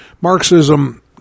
Marxism